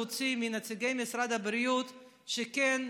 היום הצלחנו להוציא מנציגי משרד הבריאות שכן,